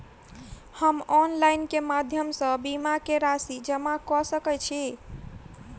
हम ऑनलाइन केँ माध्यम सँ बीमा केँ राशि जमा कऽ सकैत छी?